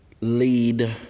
lead